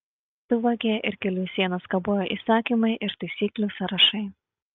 tu vagie ir kelių sienos kabojo įsakymai ir taisyklių sąrašai